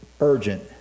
urgent